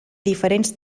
diferents